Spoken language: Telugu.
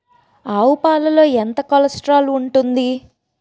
ఆవు పాలలో ఎంత కొలెస్ట్రాల్ ఉంటుంది?